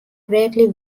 greatly